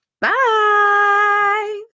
Bye